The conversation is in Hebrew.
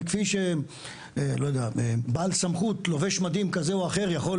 וכפי שבעל סמכות לובש מדים כזה או אחר יכול